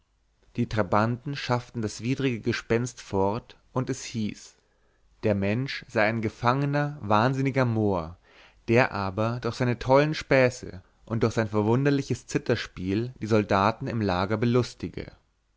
die trabanten schafften das widrige gespenst fort und es hieß der mensch sei ein gefangener wahnsinniger mohr der aber durch seine tollen späße und durch sein verwunderliches zitherspiel die soldaten im lager belustige